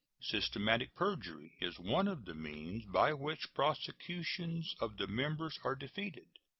systematic perjury is one of the means by which prosecutions of the members are defeated.